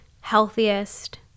healthiest